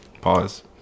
Pause